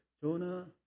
Jonah